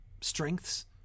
strengths